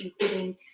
including